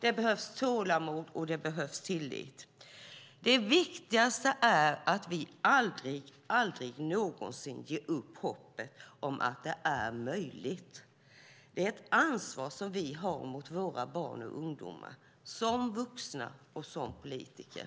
Det behövs tålamod och tillit. Det viktigaste är att vi aldrig någonsin ger upp hoppet om att det är möjligt. Det är ett ansvar som vi har mot våra barn och ungdomar som vuxna och politiker.